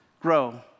grow